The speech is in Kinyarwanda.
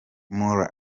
murray